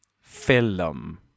Film